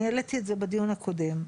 אני העליתי את הזה בדיון הקודם,